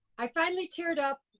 i finally teared up,